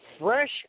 fresh